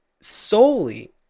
solely